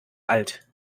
alt